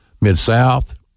Mid-South